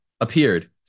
appeared